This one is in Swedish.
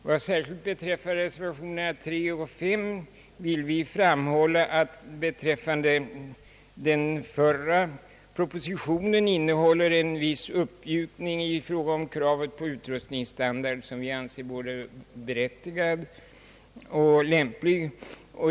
Vad särskilt beträffar reservationerna 3 och 5 vill vi framhålla beträffande den förra att propositionen innehåller en' viss uppmjukning i fråga om kravet på utrustningsstandard, som vi anser både berättigad och lämplig.